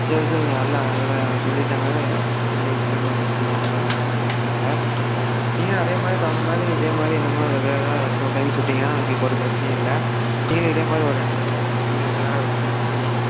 சரி சரிங்க நல்லா அதெலாம் சொல்லிவிட்டேங்க இனிமேல் சிக்கனமாக யூஸ் பண்ணுவாங்க அதெலாம் ஒரு பிரச்சினையும் இல்லை நீங்களும் அதே மாதிரி தகுந்த மாதிரி இதே மாதிரி இனிமேல் ரெகுலராக டூ டைம்ஸ் விட்டிங்லனால் ஒரு பிரச்சினையும் இல்லை டெய்லியும் இதே மாதிரி ஒரு ரெண்டு தடவை எப்பயுமே ரெகுலராக விட்டுருங்க தண்ணி